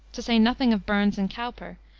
to say nothing of burns and cowper,